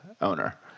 owner